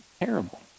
Terrible